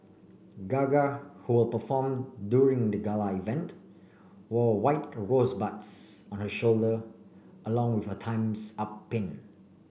gaga who will perform during the gala event wore white rosebuds on her shoulder along with a Time's Up pin